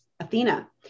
Athena